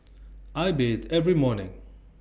I bathe every morning